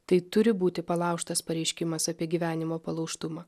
tai turi būti palaužtas pareiškimas apie gyvenimo palaužtumą